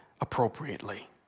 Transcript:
appropriately